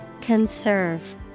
Conserve